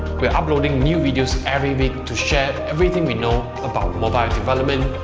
we're uploading new videos every week to share everything we know about mobile development,